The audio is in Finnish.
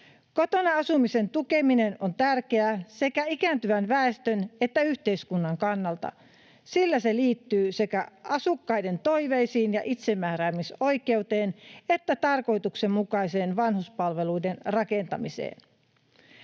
Kotona asumisen tukeminen on tärkeää sekä ikääntyvän väestön että yhteiskunnan kannalta, sillä se liittyy sekä asukkaiden toiveisiin ja itsemääräämisoikeuteen että tarkoituksenmukaiseen vanhuspalveluiden rakentamiseen.